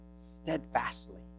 Steadfastly